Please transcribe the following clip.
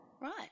Right